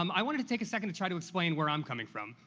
um i wanted to take a second to try to explain where i'm coming from,